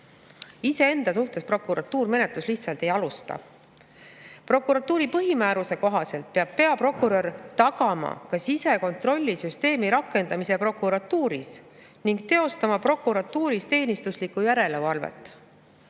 Iseenda suhtes prokuratuur menetlust lihtsalt ei alusta. Prokuratuuri põhimääruse kohaselt peab peaprokurör tagama ka sisekontrollisüsteemi rakendamise prokuratuuris ning teostama prokuratuuris teenistuslikku järelevalvet.